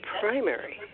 primary